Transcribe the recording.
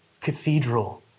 cathedral